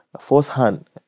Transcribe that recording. firsthand